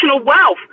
wealth